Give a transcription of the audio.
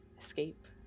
escape